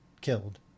killed